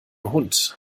hund